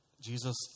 Jesus